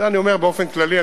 את זה אני אומר באופן כללי.